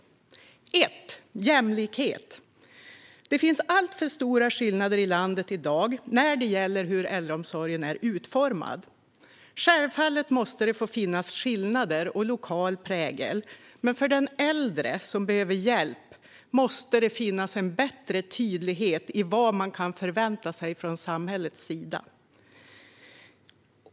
För det första: jämlikhet. Det finns alltför stora skillnader i landet vad gäller hur äldreomsorgen är utformad. Självfallet måste det få finnas skillnader och lokal prägel, men för den äldre som behöver hjälp måste det finnas en större tydlighet i vad man kan förvänta sig från samhällets sida.